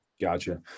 Gotcha